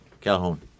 Calhoun